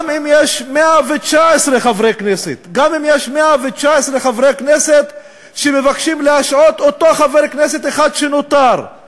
גם אם יש 119 חברי כנסת שמבקשים להשעות את אותו חבר כנסת אחד שנותר,